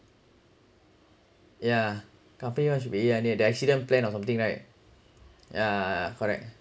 yeah company one should be yeah I need the accident plan or something right yeah correct